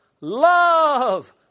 love